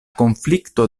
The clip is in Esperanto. konflikto